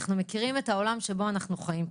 אנחנו מכירים את העולם שבו אנחנו חיים פשוט.